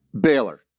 Baylor